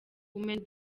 women